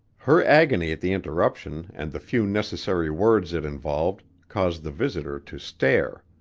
her agony at the interruption and the few necessary words it involved caused the visitor to stare.